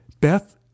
Beth